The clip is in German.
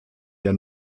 der